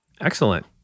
Excellent